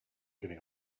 giving